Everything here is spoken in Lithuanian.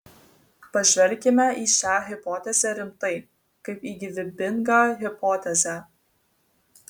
pažvelkime į šią hipotezę rimtai kaip į gyvybingą hipotezę